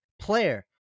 player